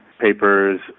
papers